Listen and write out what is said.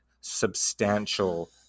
substantial